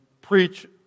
preach